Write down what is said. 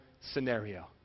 scenario